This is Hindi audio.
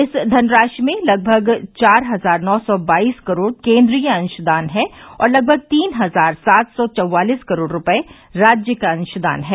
इस धनराशि में लगभग चार हजार नौ सौ बाईस करोड़ केन्द्रीय अंशदान है और लगभग तीन हजार सात सौ चौवालिस करोड़ रूपये राज्य का अंशदान है